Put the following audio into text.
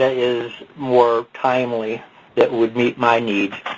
ah is more timely that would meet my needs.